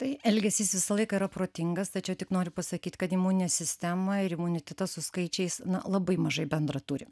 tai elgesys visą laiką yra protingas tačiau tik noriu pasakyt kad imuninė sistema ir imunitetas su skaičiais labai mažai bendra turi